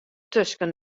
tusken